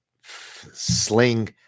sling